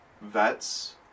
vets